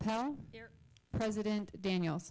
pal president daniel